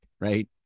Right